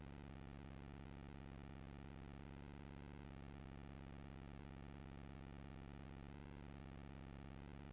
मेरा बैंक में दस साल पुराना खाता है मैं ए.टी.एम कार्ड के लिए कैसे आवेदन कर सकता हूँ?